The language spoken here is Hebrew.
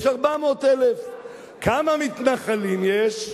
יש 400,000. כמה מתנחלים יש?